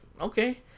okay